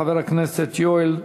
חבר הכנסת יואל רזבוזוב.